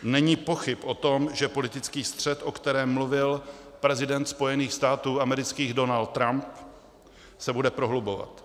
Není pochyb o tom, že politický střet, o kterém mluvil prezident Spojených států amerických Donald Trump, se bude prohlubovat.